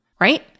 right